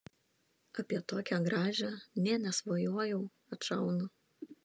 apie tokią gražią nė nesvajojau atšaunu